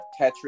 Tetris